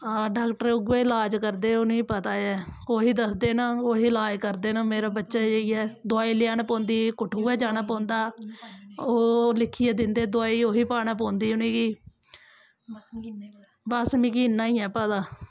हां डाक्टर उ'ऐ इलाज़ करदे उ'नेंगी पता ऐ ओही दसदे न ओही लाज़ करदे न मेरे बच्चे जेइयै दवाई लेआना पौंदी कठुए जाना पौंदा ओह् लिखियै दिंदे दवाई ओह् ही पाना पौंदी उ'नेंगी बस मिगी इन्ना गै ऐ पता